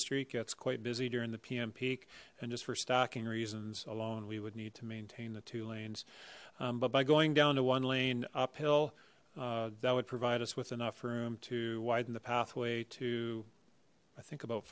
street gets quite busy during the pm peak and just for stacking reasons alone we would need to maintain the two lanes but by going down to one lane uphill that would provide us with enough room to widen the pathway to i think about